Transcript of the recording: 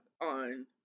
on